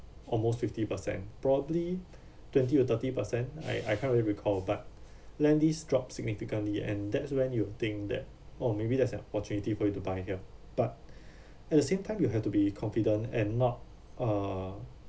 almost fifty percent probably twenty or thirty percent I I can't really recall but lendlease dropped significantly and that's when you'll think that oh maybe there's an opportunity for you to buy here but at the same time you have to be confident and not uh